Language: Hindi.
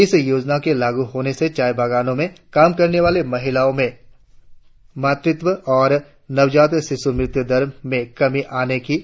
इस योजना के लागू होने से चाय बागानों में काम करने वाली महिलाओं में मातृत्व और नवजात शिशु मृत्यु दर में कमी आने की संभावना है